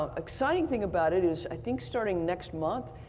ah exciting thing about it is i think starting next month,